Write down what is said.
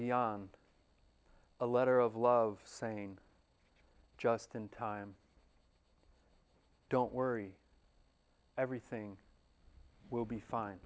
beyond a letter of love saying just in time don't worry everything will be fine